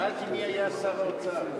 שאלתי, מי היה שר האוצר?